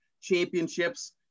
championships